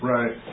Right